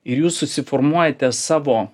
ir jūs susiformuojate savo